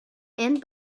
and